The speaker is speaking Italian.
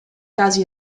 casi